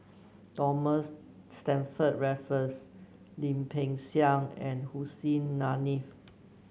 Thomas Stamford Raffles Lim Peng Siang and Hussein Haniff